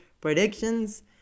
predictions